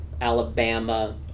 Alabama